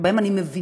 שבהם אני מבינה,